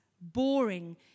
boring